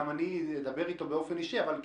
גם אני אדבר אתו באופן אישי אבל אתה,